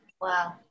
Wow